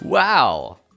Wow